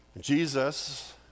Jesus